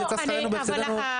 ואז יצא שכרנו בהפסדנו.